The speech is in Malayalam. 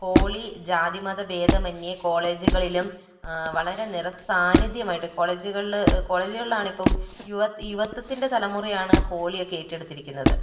ഹോളി ജാതിമതഭേദമന്യേ കോളേജുകളിലും വളരെ നിറസാന്നിദ്ധ്യമായിട്ട് കോളേജുകളില് കോളേജുകളിലാണ് ഇപ്പം യുവ യുവത്വത്തിന്റെ തലമുറയാണ് ഹോളിയൊക്കെ ഏറ്റെടുത്തിരിക്കുന്നത്